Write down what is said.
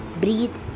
breathe